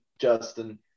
Justin